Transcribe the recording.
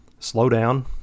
slowdown